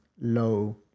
low